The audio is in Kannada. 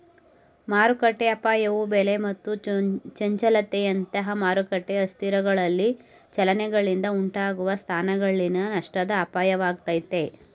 ಮಾರುಕಟ್ಟೆಅಪಾಯವು ಬೆಲೆ ಮತ್ತು ಚಂಚಲತೆಯಂತಹ ಮಾರುಕಟ್ಟೆ ಅಸ್ಥಿರಗಳಲ್ಲಿ ಚಲನೆಗಳಿಂದ ಉಂಟಾಗುವ ಸ್ಥಾನಗಳಲ್ಲಿನ ನಷ್ಟದ ಅಪಾಯವಾಗೈತೆ